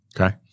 Okay